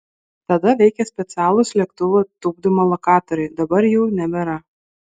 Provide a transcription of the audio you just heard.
tada veikė specialūs lėktuvų tupdymo lokatoriai dabar jų nebėra